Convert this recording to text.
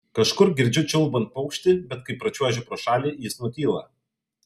kažkur girdžiu čiulbant paukštį bet kai pračiuožiu pro šalį jis nutyla